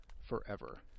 forever